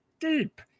deep